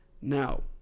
Now